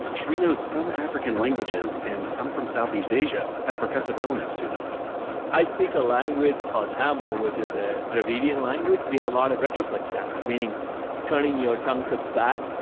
shri notes some african languages and some from south east asia have percussive elements to them i speak a language called tamil, which is a dravidian language. we have a lot of retroflex sounds, meaning turning your tongue to back,